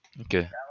Okay